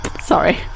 Sorry